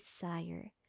desire